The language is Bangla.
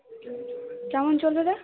কেমন চলবে রে